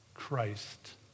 Christ